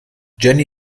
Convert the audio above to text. jenny